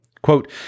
Quote